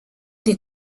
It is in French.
des